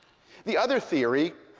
the other theory,